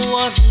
one